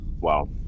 Wow